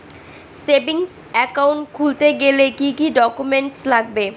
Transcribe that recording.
Savings account খুলতে গেলে কি কি ডকুমেন্টস লাগবে?